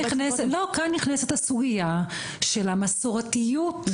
לא, אבל כאן נכנסת הסוגייה של המסורתיות.